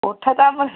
କଥାଟା ମୁଁ